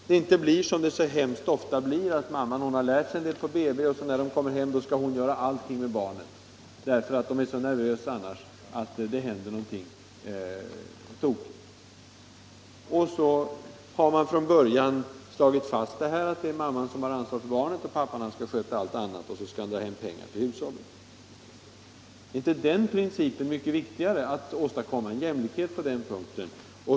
Annars blir det lätt så att mamman, som har lärt sig en del på BB, skall göra allting med barnets skötsel, därför att hon annars blir så nervös för att någonting skall gå tokigt. Så har man från början slagit fast att det är mamman som har ansvaret för barnet, pappan skall göra annat och dra hem pengar till hushållet. Är det inte viktigare att följa principen om jämlikhet?